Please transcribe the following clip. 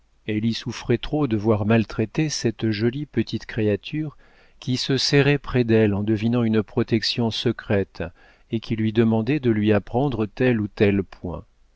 elle y souffrait trop de voir maltraiter cette jolie petite créature qui se serrait près d'elle en devinant une protection secrète et qui lui demandait de lui apprendre tel ou tel point